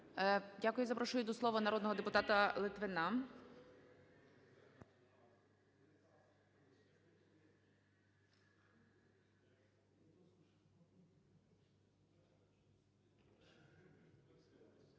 Дякую. І запрошую до слова народного депутата Спориша.